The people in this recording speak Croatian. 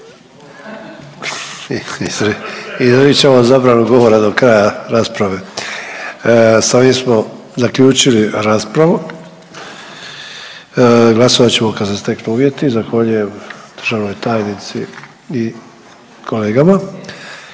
Izričem vam zabranu govora do kraja rasprave. S ovim smo zaključili raspravu, glasovat ćemo kad se steknu uvjeti. Zahvaljujem državnoj tajnici i kolegama.